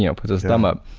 you know puts his thumb up.